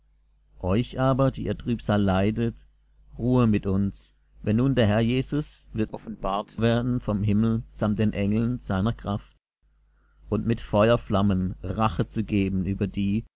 euch aber die ihr trübsal leidet ruhe mit uns wenn nun der herr jesus wird offenbart werden vom himmel samt den engeln seiner kraft und mit feuerflammen rache zu geben über die